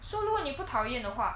so 如果你不讨厌的话